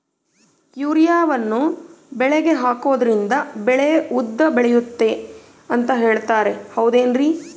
ಯೂರಿಯಾವನ್ನು ಬೆಳೆಗೆ ಹಾಕೋದ್ರಿಂದ ಬೆಳೆ ಉದ್ದ ಬೆಳೆಯುತ್ತೆ ಅಂತ ಹೇಳ್ತಾರ ಹೌದೇನ್ರಿ?